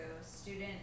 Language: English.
student